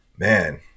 Man